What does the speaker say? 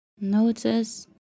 Notice